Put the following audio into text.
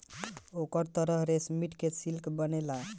ओकर तसर रेशमकीट से सिल्क बनेला